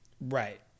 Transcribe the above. Right